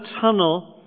tunnel